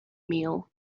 meal